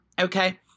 okay